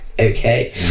okay